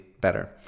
better